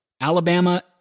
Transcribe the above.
Alabama